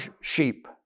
sheep